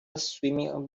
swimming